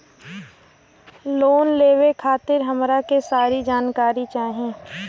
Loan लेवे खातीर हमरा के सारी जानकारी चाही?